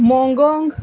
ਮੌਗੋਂਗ